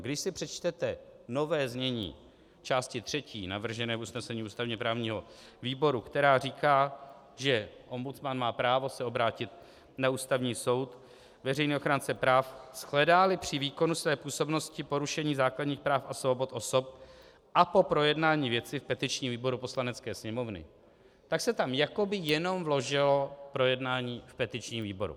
Když si přečtete nové znění části třetí navržené v usnesení ústavněprávního výboru, která říká, že ombudsman má právo se obrátit na Ústavní soud, veřejný ochránce práv, shledáli při výkonu své působnosti porušení základních práv a svobod osob a po projednání věci v petičním výboru Poslanecké sněmovny, tak se tam jakoby jenom vložilo projednání v petičním výboru.